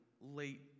late